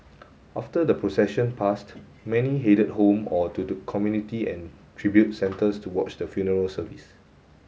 after the procession passed many headed home or to community and tribute centres to watch the funeral service